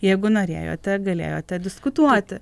jeigu norėjote galėjote diskutuoti